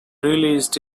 released